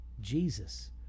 Jesus